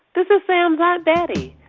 this is sam's aunt betty.